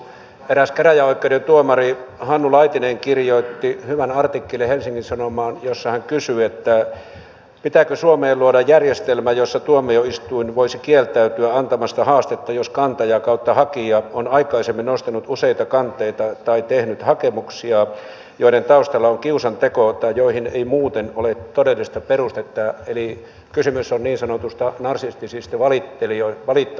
eräs käräjäoikeuden tuomari hannu laitinen kirjoitti helsingin sanomiin hyvän artikkelin jossa hän kysyi pitääkö suomeen luoda järjestelmä jossa tuomioistuin voisi kieltäytyä antamasta haastetta jos kantaja tai hakija on aikaisemmin nostanut useita kanteita tai tehnyt hakemuksia joiden taustalla on kiusanteko tai joihin ei muuten ole todellista perustetta eli kysymys on niin sanotuista narsistisista valittajista